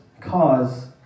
cause